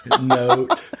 note